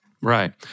Right